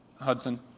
Hudson